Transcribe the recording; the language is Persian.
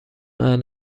الان